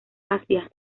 asia